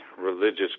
religious